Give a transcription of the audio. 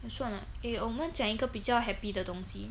算了 eh 我们讲一个比较 happy 的东西